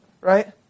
Right